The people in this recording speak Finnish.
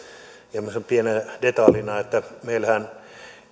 semmoisena pienenä detaljina että meillähän